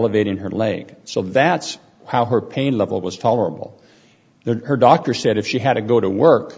elevating her leg so that's how her pain level was tolerable there her doctor said if she had to go to work